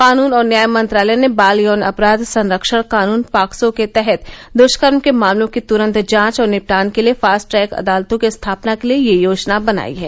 कानून और न्याय मंत्रालय ने बाल यौन अपराध संरक्षण कानून पॉक्सो के तहत दृष्कर्म के मामलों की तूरन्त जांच और निपटान के लिए फास्ट ट्रैक अदालतों की स्थापना के लिए यह योजना बनाई है